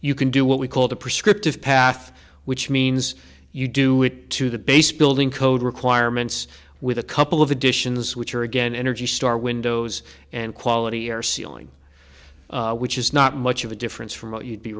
you can do what we call the prescriptive path which means you do it to the base building code requirements with a couple of additions which are again energy star windows and quality air sealing which is not much of a difference from what you'd be